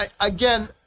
Again